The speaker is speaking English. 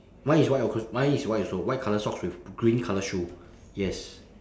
mine is white also mine is white also white colour socks with green colour shoe yes